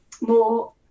more